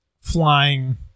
flying